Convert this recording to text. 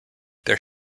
their